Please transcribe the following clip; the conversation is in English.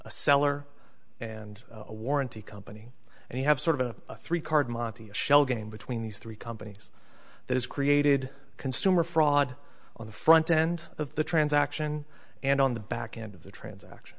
seller and a warranty company and you have sort of a three card monte a shell game between these three companies that has created consumer fraud on the front end of the transaction and on the back end of the transaction